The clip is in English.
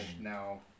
now